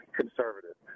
conservative